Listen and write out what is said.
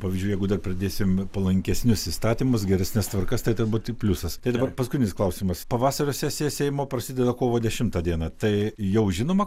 pavyzdžiui jeigu dar pridėsim palankesnius įstatymus geresnes tvarkas tai ten būtų pliusas tai dabar paskutinis klausimas pavasario sesija seimo prasideda kovo dešimtą dieną tai jau žinoma